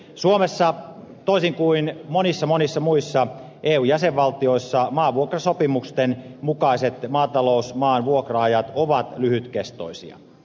suomessa toisin kuin monissa monissa muissa eu jäsenvaltioissa maavuokrasopimusten mukaiset maatalousmaan vuokra ajat ovat lyhytkestoisia